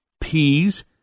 peas